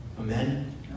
Amen